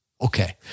okay